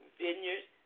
vineyards